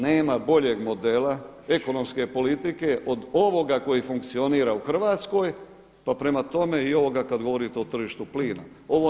Nema boljeg modela ekonomske politike od ovoga koji funkcionira u Hrvatskoj, pa prema tome i ovoga kada govorite o tržištu plina.